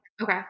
okay